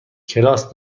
کلاس